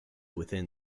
within